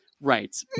Right